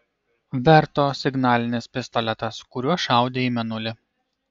verto signalinis pistoletas kuriuo šaudė į mėnulį